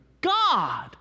God